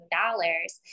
dollars